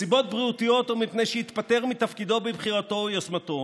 מסיבות בריאותיות או מפני שהתפטר מתפקידו מבחירתו או ביוזמתו,